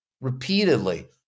repeatedly